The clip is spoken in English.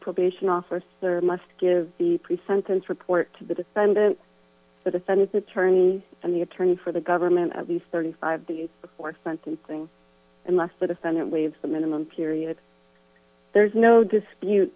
probation officer must give the pre sentence report to the defendant but authentic attorney and the attorney for the government at least thirty five days before sentencing unless the defendant waives the minimum period there's no dispute